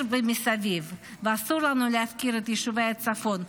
ומסביב לה אסור לנו להפקיר את יישובי הצפון,